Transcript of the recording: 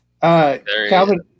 Calvin